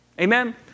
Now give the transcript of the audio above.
Amen